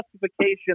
justification